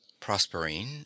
Prosperine